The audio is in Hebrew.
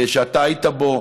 שאתה היית בו,